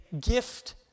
gift